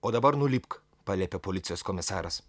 o dabar nulipk paliepė policijos komisaras